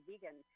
vegan